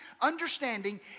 understanding